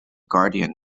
guardian